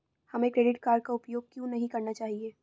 हमें credit card का उपयोग क्यों नहीं करना चाहिए?